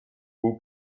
who